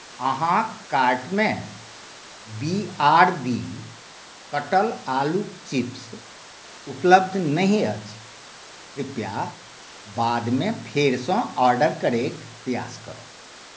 अहाँक कार्टमे B R B कटल आलूक चिप्स उपलब्ध नहि अछि कृपया बादमे फेरसँ ऑर्डर करैक प्रयास करब